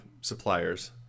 suppliers